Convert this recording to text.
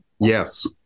Yes